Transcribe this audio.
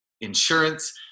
insurance